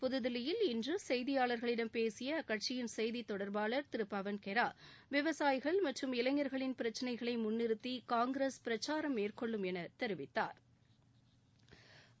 புதுதில்லியில் இன்று செய்தியாளர்களிடம் பேசிய அக்கட்சியின் செய்தித் தொடர்பாளர் திரு பவன் கெரா விவசாயிகள் மற்றும் இளைஞர்கள் உள்ளிட்ட மக்கள் பிரச்சினைகளை முன்னிறுத்தி காங்கிரஸ் பிரச்சாரம் மேற்கொள்ளும் என தெரிவித்தாா்